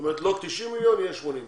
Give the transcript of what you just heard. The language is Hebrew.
זאת אומרת לא 90 מיליון, יהיה 80 מיליון.